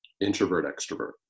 introvert-extrovert